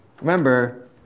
remember